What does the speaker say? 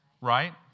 right